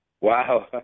Wow